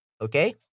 Okay